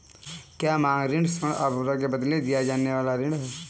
क्या मांग ऋण स्वर्ण आभूषण के बदले दिया जाने वाला ऋण है?